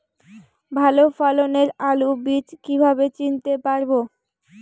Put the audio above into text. ভালো ফলনের আলু বীজ কীভাবে চিনতে পারবো?